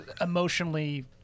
emotionally